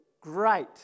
Great